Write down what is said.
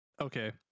Okay